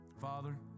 Father